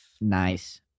Nice